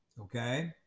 Okay